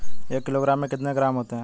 एक किलोग्राम में कितने ग्राम होते हैं?